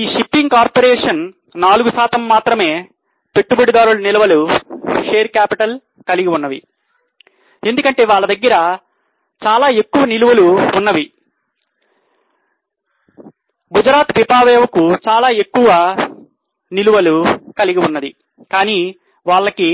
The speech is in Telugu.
ఈ షిప్పింగ్ కార్పొరేషన్ నాలుగు శాతం మాత్రమే పెట్టుబడిదారుల నిల్వలు 33